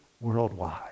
worldwide